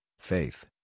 Faith